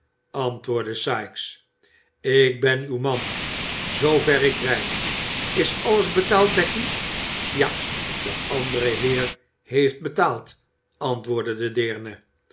antwoordde sikes ik ben uw man zoover ik rijd is alles betaald becky ja de andere heer heeft betaald antwoordde de deerne